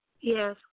Yes